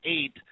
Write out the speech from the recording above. eight